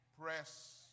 Press